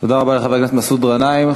תודה רבה לחבר הכנסת מסעוד גנאים.